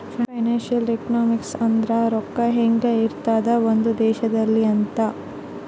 financial economics ಅಂದ್ರ ರೊಕ್ಕ ಹೆಂಗ ಇರ್ತದ ಒಂದ್ ದೇಶದಲ್ಲಿ ಅಂತ